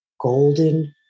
golden